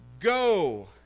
go